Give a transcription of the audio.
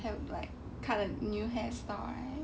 have like cut a new hairstyle right